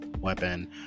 weapon